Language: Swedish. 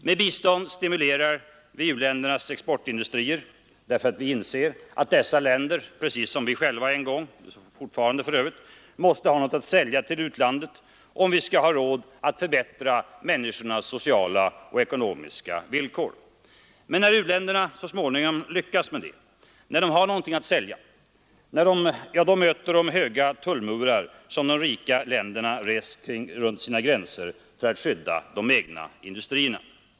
Med bistånd stimulerar vi uländernas exportindustrier, eftersom vi vet att dessa länder — precis som vi själva — måste ha något att sälja till utlandet om de skall ha råd att förbättra människornas sociala och ekonomiska villkor. Men när uländerna så småningom lyckats med detta, när de har någonting att sälja, då möter de höga tullmurar som de rika länderna har rest runt sina gränser för att skydda de egna industrierna.